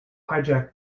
hijack